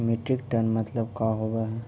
Metric tonne मतलब का होव हइ?